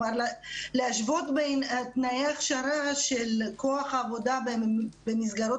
להשוות בין תנאי ההכשרה של כוח העבודה במסגרות